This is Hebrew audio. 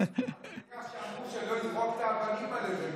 עד כדי כך שאמרו שלא יזרוק את האבנים על מישהו.